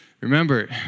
Remember